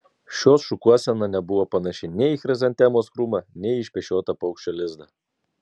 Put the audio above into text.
šios šukuosena nebuvo panaši nei į chrizantemos krūmą nei į išpešiotą paukščio lizdą